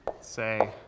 say